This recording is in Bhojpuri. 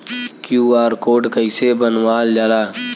क्यू.आर कोड कइसे बनवाल जाला?